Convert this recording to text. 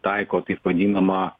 taiko taip vadinamą